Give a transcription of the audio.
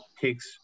takes